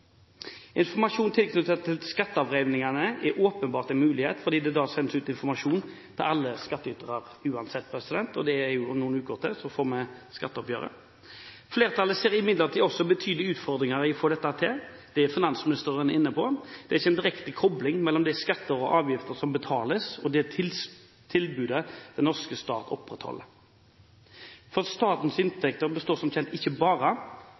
Informasjon tilknyttet skatteavregningene er åpenbart en mulighet, fordi det da sendes ut informasjon til alle skattytere uansett – om noen uker får vi jo skatteoppgjøret. Flertallet ser imidlertid også betydelige utfordringer med å få dette til. Det er finansministeren inne på. Det er ikke en direkte kobling mellom de skatter og avgifter som betales, og det tilbudet den norske stat opprettholder, for statens inntekter består som kjent heldigvis ikke bare